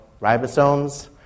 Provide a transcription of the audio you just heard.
ribosomes